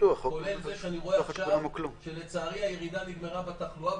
כולל זה שאני רואה עכשיו שלצערי הירידה נגמרה בתחלואה,